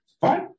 Fine